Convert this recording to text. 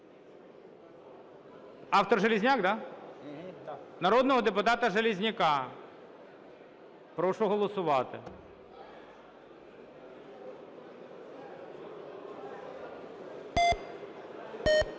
Автор Железняк, да? Народного депутата Железняка. Прошу голосувати.